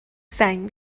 زنگ